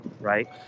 right